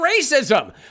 racism